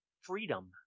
freedom